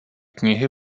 knihy